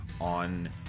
on